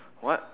what